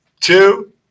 two